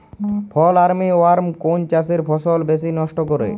ফল armyworm কোন চাষের ফসল বেশি নষ্ট করে?